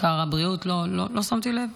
לא שמתי לב,